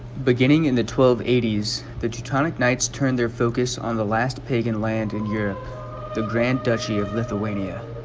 beginning in the twelve eighty s the teutonic knights turned their focus on the last pagan land in europe the grand duchy of lithuania